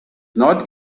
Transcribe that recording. not